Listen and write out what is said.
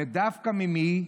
ודווקא ממי?